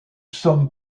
sommes